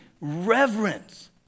reverence